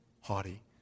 haughty